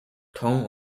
tong